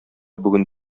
бүген